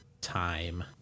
time